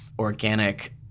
organic